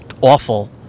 awful